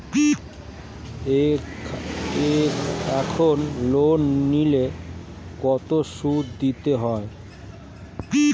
এখন লোন নিলে কত সুদ দিতে হয়?